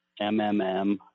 MMM